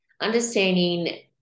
understanding